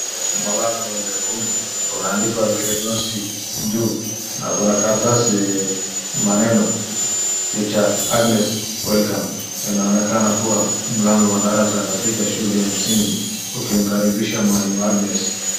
Mlango nyekundu umeandikwa Grade 1C juu. Na kuna karatasi maneno: Tr. Agnes Welcome inaonekana kwa mlango wa darasa katika shule ya msingi, ukimkaribisha mwalimu agnes.